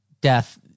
death